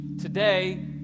Today